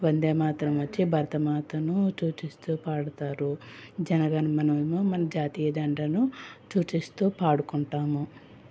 వందే మాతరం వచ్చి భరతమాతను సూచిస్తూ పాడుతారు జనగణమనేమో మన జాతీయ జెండాను సూచిస్తూ పాడుకుంటాము